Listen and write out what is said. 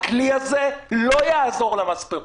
הכלי הזה לא יעזור למספרות,